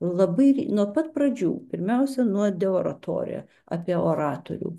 labai nuo pat pradžių pirmiausia nuo deoratore apie oratorių